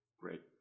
great